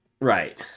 Right